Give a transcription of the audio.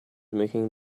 making